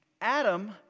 Adam